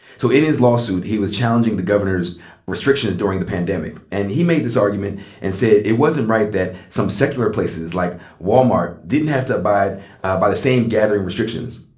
so in his lawsuit, he was challenging the governor's restrictions during the pandemic. and he made this argument and said it wasn't right that some secular places like walmart didn't have to abide by the same gathering restrictions.